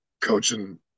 coaching